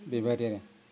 बेबादि आरो